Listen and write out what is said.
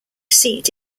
seat